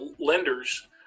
lenders